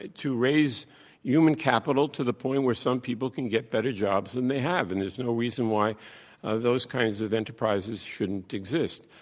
to raise human capital to the point where some people can get better jobs than they have. and there's no reason why those kinds of enterprises shouldn't exist.